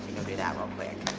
do that real quick,